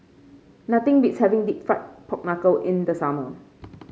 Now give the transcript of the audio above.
nothing beats having deep fried Pork Knuckle in the summer